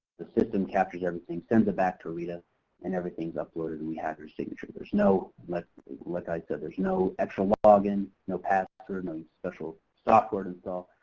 the system captures everything, sends it back to reta and everything's uploaded and we have your signature. there's no, like i said, there's no extra log-in, no password, no special software to install.